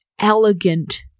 elegant